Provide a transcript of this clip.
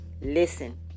Listen